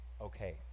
okay